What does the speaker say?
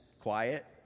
quiet